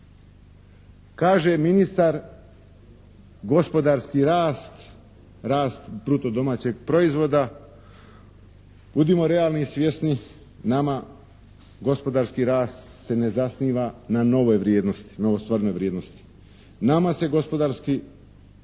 Kaže ministar gospodarski rast, rast bruto domaćeg proizvoda. Budimo realni i svjesni, nama gospodarski rast se ne zasniva na novoj vrijednosti, novostvorenoj vrijednosti. Nama se gospodarski